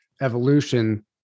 evolution